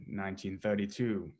1932